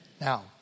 Now